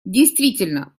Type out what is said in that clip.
действительно